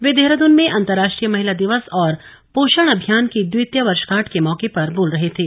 वे देहरादन में अंतरराष्ट्रीय महिला दिवस और पोष्टण अभियान की द्वितीय वर्षगांठ के मौके पर बोल रहे थे